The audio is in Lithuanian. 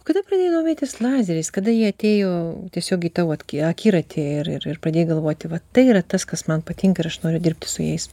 kada pradėjai domėtis lazeriais kada jie atėjo tiesiog jutau atgijo akiratį ir pradėjo galvoti va tai yra tas kas man patinka ir aš noriu dirbti su jais